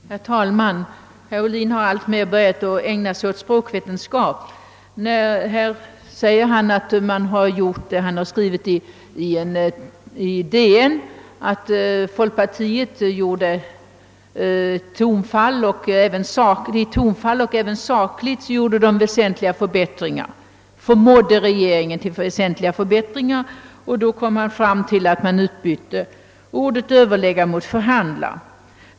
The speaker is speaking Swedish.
genmäle: Herr talman! Herr Ohlin har alltmer börjat ägna sig åt språkvetenskap. Apropos vad han skrivit i Dagens Nyheter om att folkpartiet både vad beträffar tonfallet och i sak förmådde regeringen till väsentliga förbättringar, har nu klarlagts att förbättringen innebar att man bytte ut ordet »överlägga» mot »förhandla».